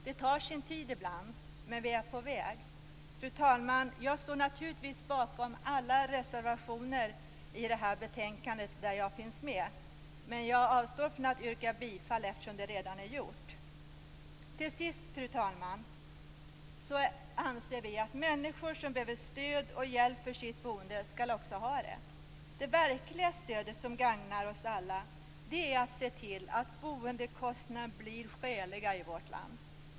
Det tar sin tid ibland, men vi är på väg. Fru talman! Jag står naturligtvis bakom alla reservationer i det här betänkandet där jag finns med, men jag avstår från att yrka bifall eftersom det redan är gjort. Till sist, fru talman, anser vi att människor som behöver stöd och hjälp för sitt boende skall ha det. Det verkliga stödet som gagnar oss alla är att se till att boendekostnaderna blir skäliga i vårt land.